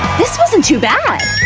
this wasn't too bad!